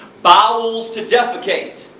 bowels to defecate,